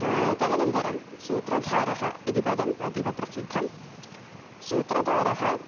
तदनन्तरं सूत्रधारः इति पदम् अतीव प्रसिद्धं सूत्रधारः